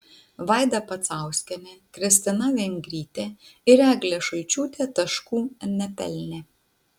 vaida pacauskienė kristina vengrytė ir eglė šulčiūtė taškų nepelnė